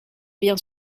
bien